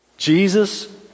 Jesus